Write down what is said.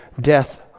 death